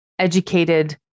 Educated